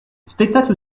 spectacle